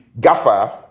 gaffer